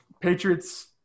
patriots